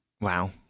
Wow